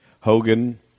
Hogan